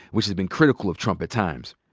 which has been critical of trump at times.